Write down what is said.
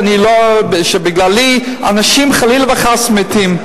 שבגללי אנשים חלילה וחס מתים.